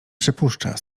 przypuszcza